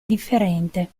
differente